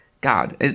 God